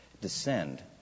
descend